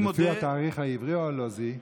לפי התאריך העברי או הלועזי?